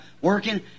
working